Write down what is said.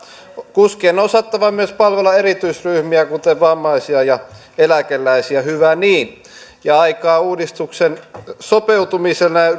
kuskien on osattava myös palvella erityisryhmiä kuten vammaisia ja eläkeläisiä hyvä niin ja aikaa uudistukseen sopeutumiselle